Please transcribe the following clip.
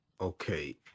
Okay